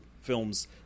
films